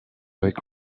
avec